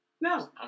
No